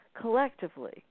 collectively